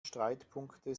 streitpunkte